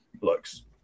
looks